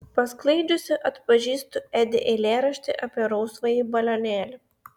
pasklaidžiusi atpažįstu edi eilėraštį apie rausvąjį balionėlį